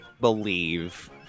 believe